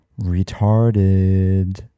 retarded